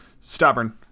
stubborn